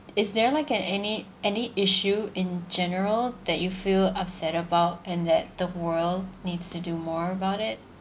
is there like an any any issue in general that you feel upset about and that the world needs to do more about it